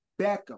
Beckham